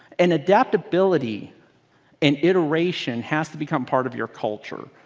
and adaptability and iteration has to become part of your culture.